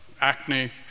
acne